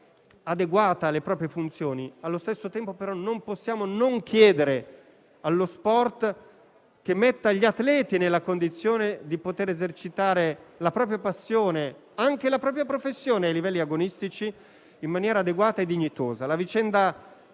adeguata le proprie funzioni, allo stesso tempo non possiamo non chiedere allo sport di mettere gli atleti nella condizione di esercitare la propria passione e anche la propria professione a livelli agonistici in maniera adeguata e dignitosa.